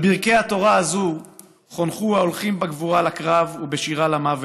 על ברכי התורה הזאת חונכו ההולכים בגבורה לקרב ובשירה למוות.